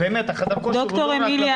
חדר הכושר הוא לא רק --- ד"ר אמיליה,